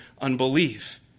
unbelief